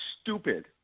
stupid